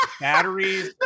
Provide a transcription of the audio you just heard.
Batteries